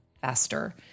faster